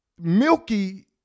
milky